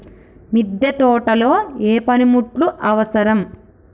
మిద్దె తోటలో ఏ పనిముట్లు అవసరం?